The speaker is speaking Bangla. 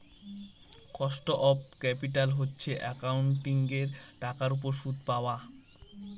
কস্ট অফ ক্যাপিটাল হচ্ছে একাউন্টিঙের টাকার উপর সুদ পাওয়া